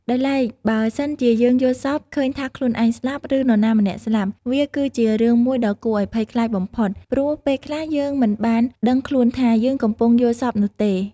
ដោយឡែក បើសិនជាយើងយល់សប្តិ ឃើញថាខ្លួនឯងស្លាប់ ឬនរណាម្នាក់ស្លាប់ វាគឺជារឿងមួយដ៏គួរឲ្យភ័យខ្លាចបំផុត ព្រោះពេលខ្លះយើងមិនបានដឹងខ្លួនថា យើងកំពុងយល់សប្តិនោះទេ។